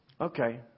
Okay